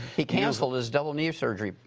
he canceled his double knee surgery.